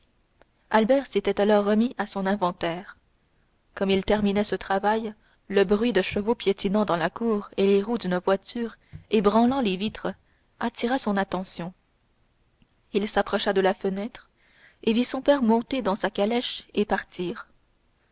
albert s'était alors remis à son inventaire comme il terminait ce travail le bruit de chevaux piétinant dans la cour et des roues d'une voiture ébranlant les vitres attira son attention il s'approcha de la fenêtre et vit son père monter dans sa calèche et partir